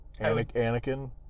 Anakin